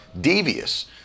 devious